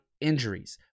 injuries